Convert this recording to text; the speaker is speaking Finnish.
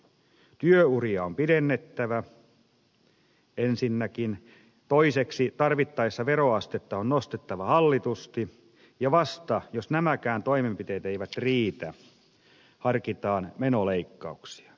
työuria on pidennettävä ensinnäkin toiseksi tarvittaessa veroastetta on nostettava hallitusti ja vasta jos nämäkään toimenpiteet eivät riitä harkitaan menoleikkauksia